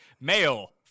male